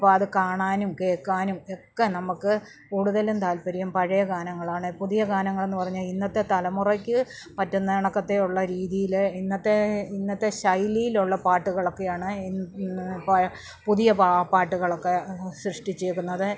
അപ്പോൾ അത് കാണാനും കേൾക്കാനും ഒക്കെ നമുക്ക് കൂടുതലും താല്പര്യം പഴയ ഗാനങ്ങളാണ് പുതിയ ഗാനങ്ങളെന്ന് പറഞ്ഞാൽ ഇന്നത്തെ തലമുറയ്ക്ക് പറ്റുന്ന കണക്കത്തെയുള്ള രീതിയില് ഇന്നത്തേ ഇന്നത്തെ ശൈലിയിലുള്ള പാട്ടുകളൊക്കെയാണ് പോയ പുതിയ പാട്ടുകളൊക്കെ സൃഷ്ടിച്ചേക്കുന്നത്